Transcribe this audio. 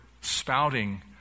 spouting